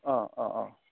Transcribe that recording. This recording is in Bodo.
अ अ अ